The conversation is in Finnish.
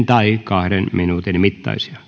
tai kahden minuutin mittaisia